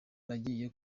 nagiye